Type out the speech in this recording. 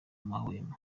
amahwemo